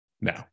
Now